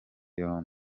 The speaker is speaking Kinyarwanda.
yombi